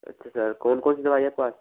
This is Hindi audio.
अच्छा सर कौन कौनसी दवाई है आपके पास